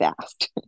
fast